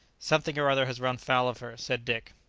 something or other has run foul of her, said dick.